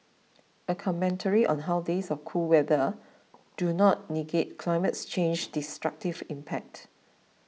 a commentary on how days of cool weather do not negate climate change's destructive impact